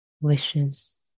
wishes